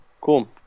cool